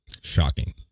Shocking